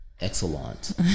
Excellent